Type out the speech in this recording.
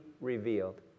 revealed